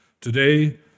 Today